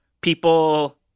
people